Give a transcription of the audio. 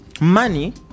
money